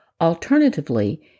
Alternatively